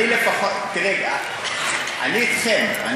אני אתכם.